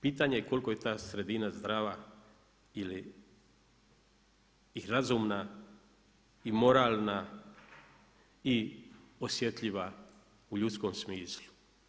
Pitanje je koliko je ta sredina zdrava i razumna i moralna i osjetljiva u ljudskom smislu.